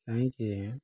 କାହିଁକି